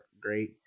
great